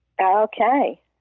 okay